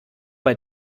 bei